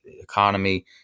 economy